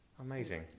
Amazing